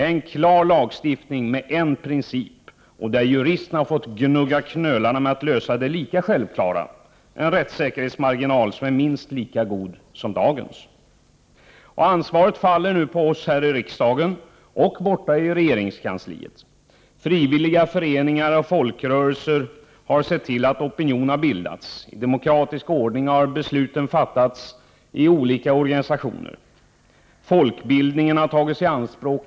En klar lagstiftning med en princip, där juristerna har fått gnugga knölarna med att lösa det lika självklara — en rättssäkerhetsmarginal som är minst lika god som dagens. Ansvaret faller nu på oss här i riksdagen och på regeringskansliet. Frivilliga föreningar och folkrörelser har sett till att opinion har bildats. I demokratisk ordning har beslut fattats i olika organisationer. Folkbildningen har tagits i anspråk.